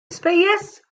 ispejjeż